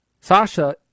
Sasha